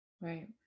Right